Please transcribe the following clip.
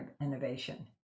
innovation